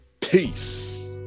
Peace